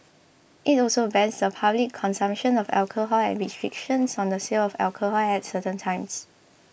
it also bans the public consumption of alcohol and restrictions on the sale of alcohol at certain times